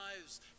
lives